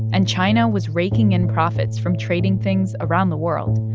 and china was raking in profits from trading things around the world.